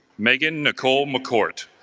megan nicole mccourt